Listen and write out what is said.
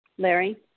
Larry